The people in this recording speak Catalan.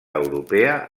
europea